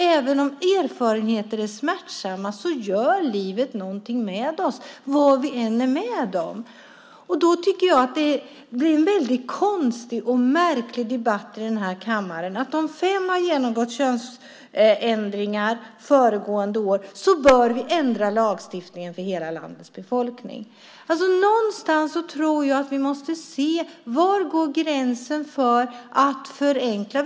Även om erfarenheter är smärtsamma gör livet någonting med oss vad vi än är med om. Det blir en väldigt konstig och märklig debatt här i kammaren. Om fem personer har genomgått könsbyte föregående år bör vi ändra lagstiftningen för hela landets befolkning. Någonstans måste vi se var gränsen går för att förenkla.